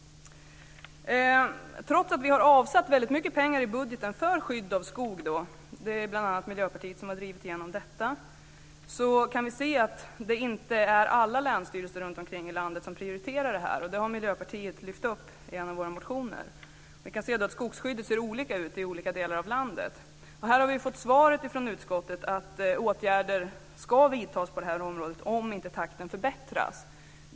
Trots att vi har avsatt väldigt mycket pengar i budgeten för skydd av skog - det är bl.a. Miljöpartiet som har drivit igenom detta - kan vi se att alla länsstyrelser i landet inte prioriterar detta, och det har vi i Miljöpartiet lyft upp i en av våra motioner. Vi kan se att skogsskyddet ser olika ut i olika delar av landet. Vi har fått som svar från utskottet att åtgärder ska vidtas på det här området om inte takten förbättras.